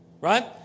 Right